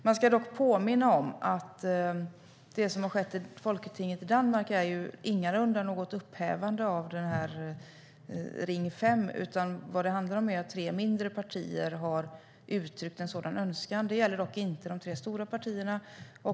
Jag vill dock påminna om att det som har skett i folketinget i Danmark ingalunda är något upphävande av Ring 5, utan vad det handlar om är att tre mindre partier har upptryckt en sådan önskan. Det gäller dock inte de tre stora partierna.